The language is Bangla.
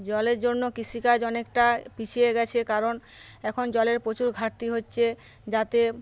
জলের জন্য কৃষিকাজ অনেকটা পিছিয়ে গেছে কারণ এখন জলের প্রচুর ঘাটতি হচ্ছে যাতে